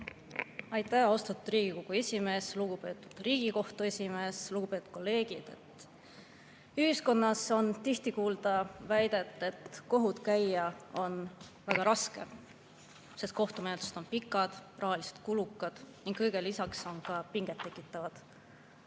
Aitäh, austatud Riigikogu esimees! Lugupeetud Riigikohtu esimees! Lugupeetud kolleegid! Ühiskonnas on tihti kuulda väidet, et kohut käia on väga raske, sest kohtumenetlused on pikad, rahaliselt kulukad ning kõigele lisaks ka pinget tekitavad.